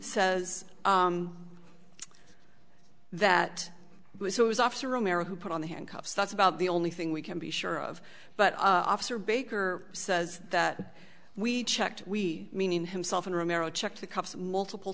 says that was it was officer romero who put on the handcuffs that's about the only thing we can be sure of but officer baker says that we checked we meaning himself and romero checked the cups multiple